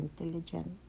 intelligent